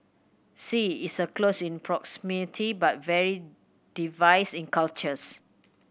Sea is a close in proximity but very diverse in cultures